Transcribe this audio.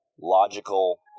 logical